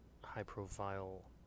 high-profile